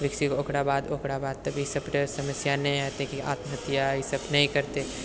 विकसित ओकरा बाद ओकरा बाद तऽ ई सभ रऽ समस्या नहि एतै कि आत्महत्या ई सभ नहि करतै